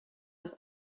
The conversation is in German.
dass